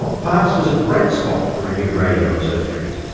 parkes was a great spot for a new radio observatory,